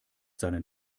seinen